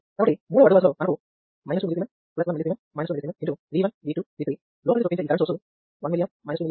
కాబట్టి మూడవ అడ్డు వరసలో మనకు 2 mS 1 mS 2 mS X V1 V2 V3 లోపలకి చొప్పించే ఈ current source 1mA 2mA 3mA కి సమానం